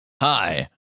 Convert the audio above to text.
Hi